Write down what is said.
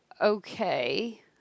okay